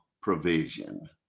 provision